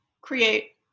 create